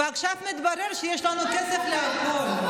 ועכשיו מתברר שיש לנו כסף לכול.